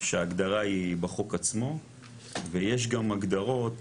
שההגדרה היא בחוק עצמו ויש גם הגדרות,